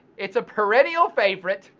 it's a perennial favorite,